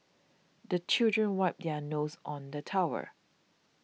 the children wipe their noses on the towel